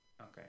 Okay